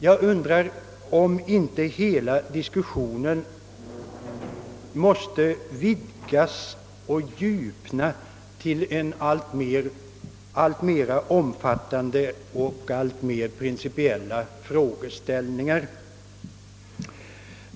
Jag undrar om inte hela diskussionen måste vidgas och fördjupas till en alltmer omfattande och principiell frågeställning.